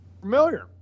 familiar